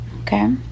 Okay